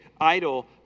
idol